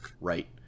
Right